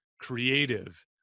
creative